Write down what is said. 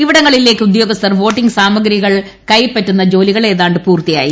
ഇവിടങ്ങളിലേക്ക് ഉദ്യോഗസ്ഥർ വോട്ടിംഗ് സാമഗ്രികൾ കൈപ്പറ്റുന്ന ജോലികൾ ഏതാണ്ട് പൂർത്തിയായി